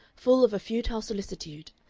full of a futile solicitude,